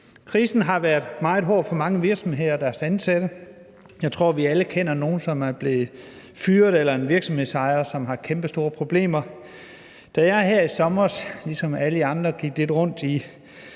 Krisen har været meget hård for mange virksomheder og deres ansatte. Jeg tror, vi alle kender nogen, som er blevet fyret, eller en virksomhedsejer, som har kæmpestore problemer. Da jeg her i sommer ligesom alle andre gik lidt rundt i